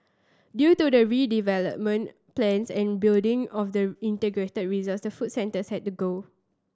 due to redevelopment plans and building of the integrated resort the food centres had to go